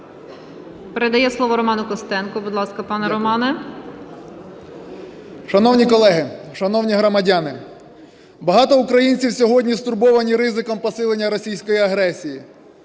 передає слово Роману Костенку. Будь ласка, пане Романе. 13:32:59 КОСТЕНКО Р.В. Шановні колеги, шановні громадяни! Багато українців сьогодні стурбовані ризиком посилення російської агресії.